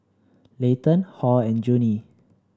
Layton Hall and Junie